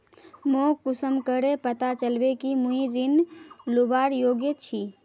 मोक कुंसम करे पता चलबे कि मुई ऋण लुबार योग्य छी?